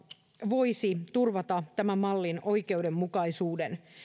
voisi turvata tämän mallin oikeudenmukaisuuden